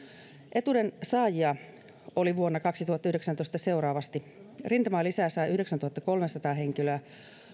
etuuden saajia oli vuonna kaksituhattayhdeksäntoista seuraavasti rintamalisää sai yhdeksäntuhattakolmesataa henkilöä